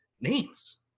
names